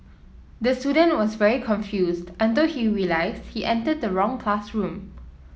the student was very confused until he realised he entered the wrong classroom